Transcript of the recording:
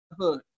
hood